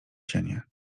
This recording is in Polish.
cienie